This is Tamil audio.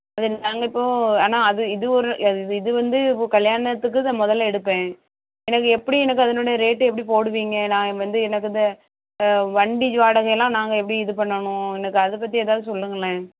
ரெண்டு நாங்கள் இப்போ ஆனால் அது இது ஒரு எ இது வந்து ஒ கல்யாணத்துக்கு இதை முதல்ல எடுப்பேன் எனக்கு எப்படி எனக்கு அதனுடைய ரேட்டு எப்படி போடுவீங்க நான் வந்து என்ன சொல்லுறது வண்டி வாடகை எல்லாம் நாங்கள் எப்படி இது பண்ணணும் எனக்கு அதை பற்றி எதாவது சொல்லுங்களேன்